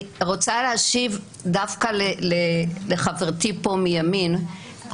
אני רוצה להשיב דווקא לחברתי פה מימין,